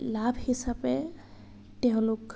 লাভ হিচাপে তেওঁলোক